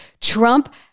Trump